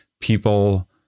people